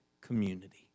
community